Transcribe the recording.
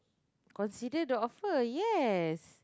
consider the offer yes